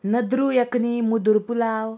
नद्रू यकनी मुदूर पुलाव